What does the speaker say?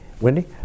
Wendy